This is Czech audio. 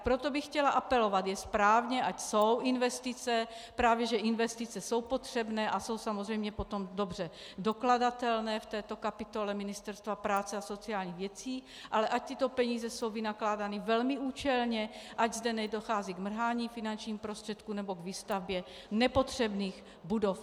Proto bych chtěla apelovat, je správně, ať jsou investice, právě že investice jsou potřebné a jsou samozřejmě potom dobře dokladatelné v této kapitole Ministerstva práce a sociálních věcí, ale ať tyto peníze jsou vynakládány velmi účelně, ať zde nedochází k mrhání finančních prostředků nebo k výstavbě nepotřebných budov.